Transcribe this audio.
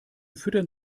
füttern